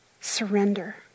surrender